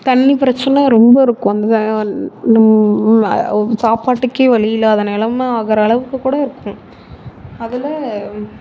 தண்ணி பிரச்சனை ரொம்ப இருக்கும் அந்த சாப்பாட்டுக்கே வழி இல்லாத நிலைம ஆகுற அளவுக்கு கூட இருக்கும் அதில்